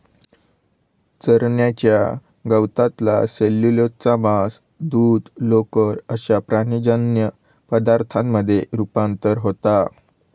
चरण्याच्या गवतातला सेल्युलोजचा मांस, दूध, लोकर अश्या प्राणीजन्य पदार्थांमध्ये रुपांतर होता